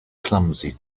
clumsy